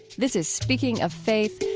this is speaking of faith,